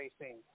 Racing